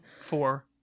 Four